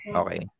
okay